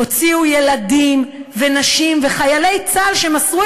הוציאו ילדים ונשים וחיילי צה"ל שמסרו